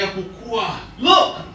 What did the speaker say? Look